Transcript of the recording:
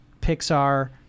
Pixar